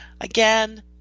Again